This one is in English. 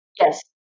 Yes